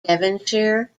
devonshire